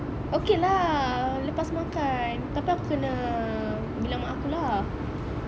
okay lah lepas makan tapi aku kena bilang mak aku lah